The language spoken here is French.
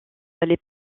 les